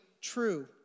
true